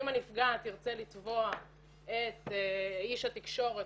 אם הנפגעת תרצה לתבוע את איש התקשורת,